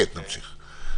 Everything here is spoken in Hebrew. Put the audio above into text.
כן, תמשיך.